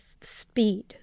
speed